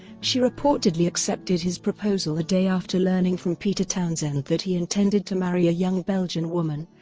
she reportedly accepted his proposal a day after learning from peter townsend that he intended to marry a young belgian woman,